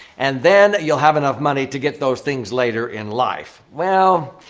and then you'll have enough money to get those things later in life. well,